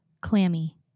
clammy